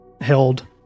held